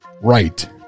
right